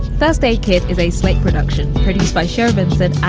first aid kit is a slick production produced by sherbets that